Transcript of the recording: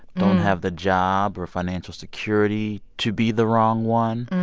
don't have the job or financial security to be the wrong one?